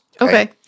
Okay